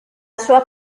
sua